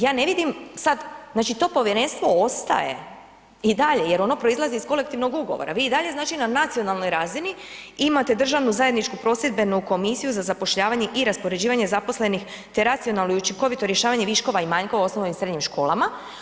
Ja ne vidim sad znači to povjerenstvo ostaje i dalje jer ono proizlazi iz kolektivnog ugovora, vi i dalje znači na nacionalnoj razini imate državnu zajedničku prosvjedbenu komisiju za zapošljavanje i raspoređivanje zaposlenih te racionalno i učinkovito rješavanje viškova i manjkova u osnovnim i srednjim školama.